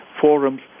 forums